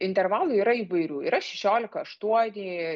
intervalų yra įvairių yra šešiolika aštuoni